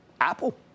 Apple